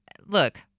look